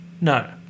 no